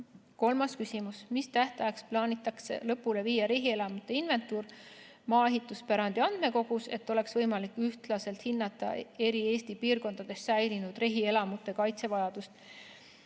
Kolmas küsimus: "Mis tähtajaks plaanitakse lõpule viia rehielamute inventuur maaehituspärandi andmekogus, et oleks võimalik ühtlaselt hinnata eri Eesti piirkondades säilinud rehielamute kaitsevajadust?"